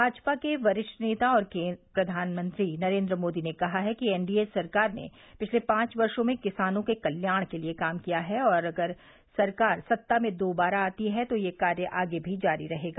भाजपा के वरिष्ठ नेता और प्रधानमंत्री नरेंद्र मोदी ने कहा है कि एनडीएसरकार ने पिछले पांच वर्षो में किसानों के कल्याण के लिए काम किया है और अगर सरकार सत्ता में दोबारा आती है तो यह कार्य आगे भी जारी रहेगा